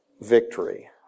victory